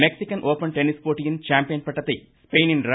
Mexican Open tennis போட்டியின் champion பட்டத்தை ஸ்பெயினின் ர